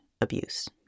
abuse